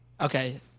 Okay